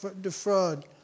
defraud